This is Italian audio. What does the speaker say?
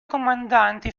comandanti